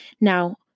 Now